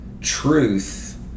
truth